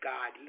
God